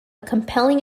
compelling